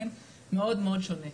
מאוד שונה.